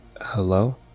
Hello